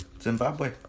Zimbabwe